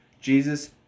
Jesus